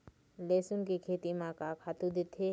लेसुन के खेती म का खातू देथे?